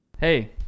Hey